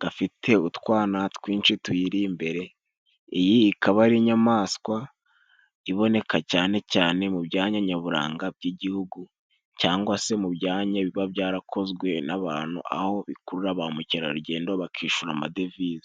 gafite utwana twinshi tuyiri imbere. Iyi ikaba ari inyamaswa iboneka cyane cyane mu byanya nyaburanga by'Igihugu, cyangwa se mu byanya biba byarakozwe n'abantu, aho bikurura ba mukerarugendo bakishyura amadevize.